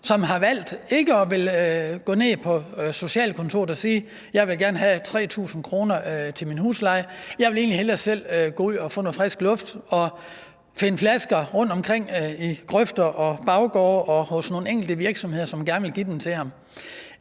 som har valgt ikke at ville gå ned på socialkontoret og sige: Jeg vil gerne have 3.000 kr. til min husleje. Den person vil hellere selv gå ud og få noget frisk luft og finde flasker rundtomkring i grøfter og i baggårde og hos nogle enkelte virksomheder, som gerne vil give dem til ham.